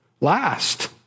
last